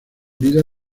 vida